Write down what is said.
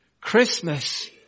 Christmas